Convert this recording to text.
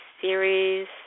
series